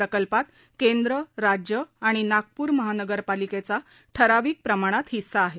प्रकल्पात केंद्र राज्य आणि नागपूर महानगरपालिकेचा ठराविक प्रमाणात हिस्सा आहे